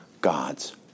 God's